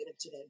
today